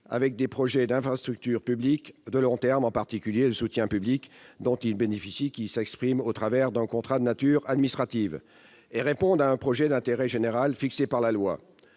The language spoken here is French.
avec des projets d'infrastructures publiques de long terme- je pense en particulier au soutien public dont ils bénéficient, qui s'exprime au travers d'un contrat de nature administrative -et qu'ils répondent à un objectif d'intérêt général, fixé par la loi.